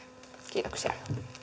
kiitoksia